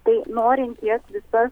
tai norint jas visas